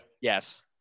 Yes